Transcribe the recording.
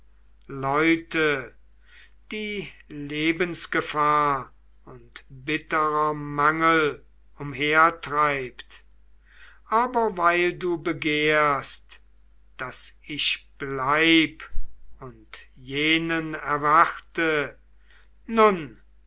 leute die lebensgefahr und bitterer mangel umhertreibt aber weil du begehrst daß ich bleib und jenen erwarte nun